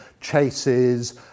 chases